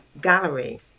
gallery